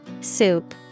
Soup